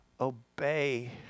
obey